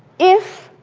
if,